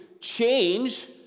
change